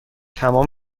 تمام